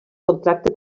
contracte